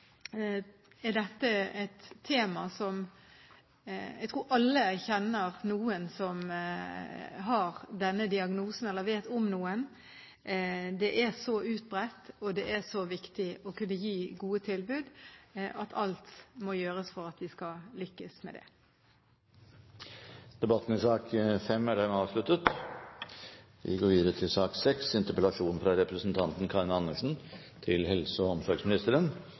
alt: Dette temaet er sånn at jeg tror alle kjenner noen som har denne diagnosen, eller vet om noen. Det er så utbredt, og det er så viktig å kunne gi gode tilbud at alt må gjøres for at vi skal lykkes med det. Dermed er debatten i sak nr. 5 avsluttet. Medisiner er et stort gode når man er syk eller har smerter. Men feil, for mye og